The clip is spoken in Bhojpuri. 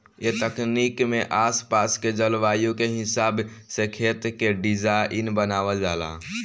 ए तकनीक में आस पास के जलवायु के हिसाब से खेत के डिज़ाइन बनावल जाला